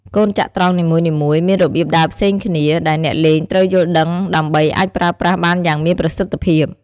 កូនចត្រង្គនីមួយៗមានរបៀបដើរផ្សេងគ្នា ដែលអ្នកលេងត្រូវយល់ដឹងដើម្បីអាចប្រើប្រាស់បានយ៉ាងមានប្រសិទ្ធភាព។